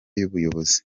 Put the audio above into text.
y’ubuyobozi